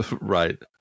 Right